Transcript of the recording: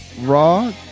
Raw